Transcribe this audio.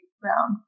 brown